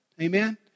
Amen